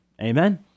Amen